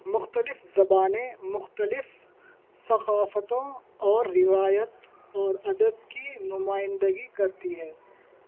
مختلف زبانیں مختلف ثقافتوں اور روایت اور ادب کی نمائندگی کرتی ہے